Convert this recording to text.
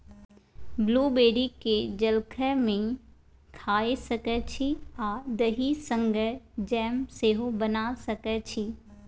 blueberry केँ जलखै मे खाए सकै छी आ दही संगै जैम सेहो बना सकै छी